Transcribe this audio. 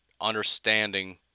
understanding